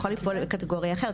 יכול ליפול בקטגוריה אחרת,